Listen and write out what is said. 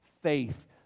faith